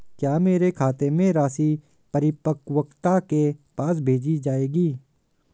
क्या मेरे खाते में राशि परिपक्वता के बाद भेजी जाएगी?